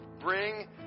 bring